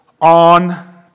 on